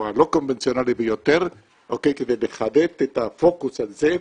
הלא קונבנציונלי ביותר כדי לחדד את הפוקוס על זה,